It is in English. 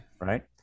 right